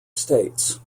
states